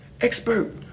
expert